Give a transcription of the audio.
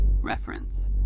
Reference